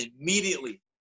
immediately